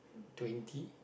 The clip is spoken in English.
twenty